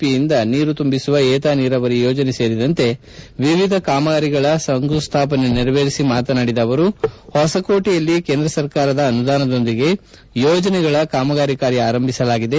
P ಯಿಂದ ನೀರು ತುಂಬಿಸುವ ಏತ ನೀರಾವರಿ ಯೋಜನೆ ಸೇರಿದಂತೆ ವಿವಿಧ ಕಾಮಗಾರಿಗಳ ಶಂಕುಸ್ನಾಪನೆ ನೆರವೇರಿಸಿ ಮಾತನಾಡಿದ ಅವರು ಹೊಸಕೋಟೆಯಲ್ಲಿ ಕೇಂದ್ರ ಸರ್ಕಾರದ ಅನುದಾನದೊಂದಿಗೆ ಯೋಜನೆಗಳ ಕಾಮಗಾರಿ ಕಾರ್ಯ ಆರಂಭಿಸಲಾಗಿದೆ